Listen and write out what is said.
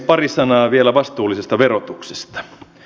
pari sanaa vielä vastuullisesta verotuksesta